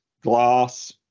glass